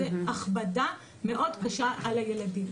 זו הכבדה מאוד קשה על הילדים,